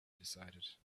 decided